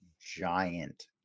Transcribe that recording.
giant